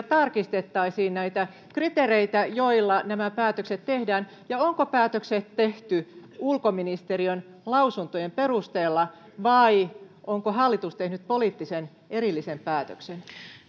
tarkistettaisiin näitä kriteereitä joilla nämä päätökset tehdään ja onko päätökset tehty ulkoministeriön lausuntojen perusteella vai onko hallitus tehnyt erillisen poliittisen päätöksen